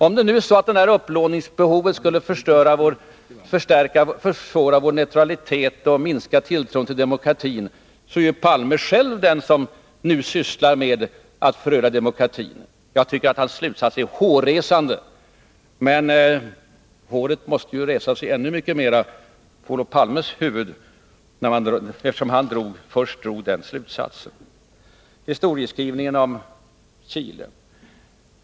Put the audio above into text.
Om vårt upplåningsbehov skulle försvaga vår neutralitet och minska tilltron till demokratin, är Olof Palme själv den som vill skada demokratin. Hans slutsats är hårresande. Håret måste resa sig på Olof Palmes huvud, eftersom han drog denna slutsats. Så några ord om historieskrivningen när det gäller Chile.